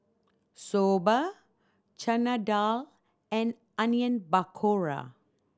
Soba Chana Dal and Onion Pakora